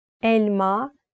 elma